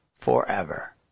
forever